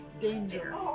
Danger